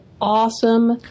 awesome